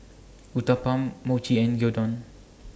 Uthapam Mochi and Gyudon